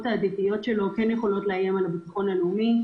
העתידיות שלו כן יכולות לאיים על הביטחון הלאומי,